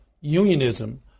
unionism